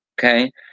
Okay